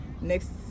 next